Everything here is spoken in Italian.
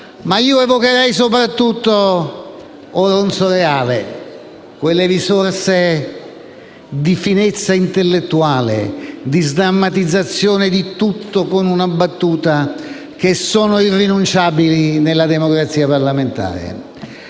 ma io evocherei soprattutto Oronzo Reale e quelle risorse di finezza intellettuale e di sdrammatizzazione di tutto con una battuta, che sono irrinunciabili nella democrazia parlamentare.